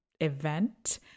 event